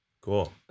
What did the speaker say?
Cool